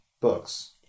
books